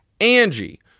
Angie